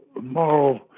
moral